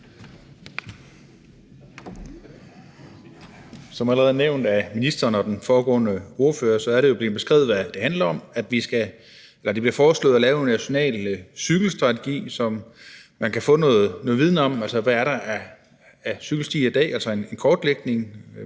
Flydtkjær (DF): Ministeren og den foregående ordfører har allerede beskrevet, hvad det handler om, nemlig at det bliver foreslået at lave en national cykelstrategi, så man kan få noget viden om, hvad der er af cykelstier i dag, altså en kortlægning